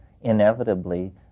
inevitably